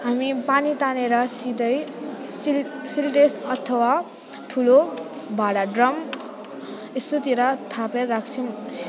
हामी पानी तानेर सिधैँ सिल् सिन्टेक्स अथवा ठुलो भाँडा ड्रम यस्तोतिर थापेर राख्छौँ